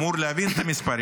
הוא אמור להבין את המספרים,